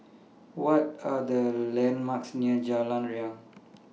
What Are The landmarks near Jalan Riang